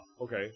okay